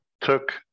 took